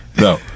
No